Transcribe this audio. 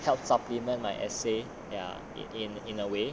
help supplement my essay ya in in in a way